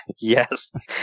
yes